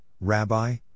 Rabbi